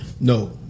No